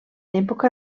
època